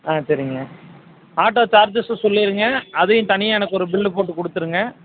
ஆ சரிங்க ஆட்டோ சார்ஜஸ்ஸை சொல்லிடுங்க அதையும் தனியாக எனக்கு ஒரு பில்லு போட்டு கொடுத்துருங்க